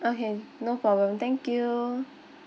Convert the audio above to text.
okay no problem thank you